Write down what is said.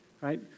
right